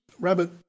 rabbit